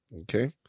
okay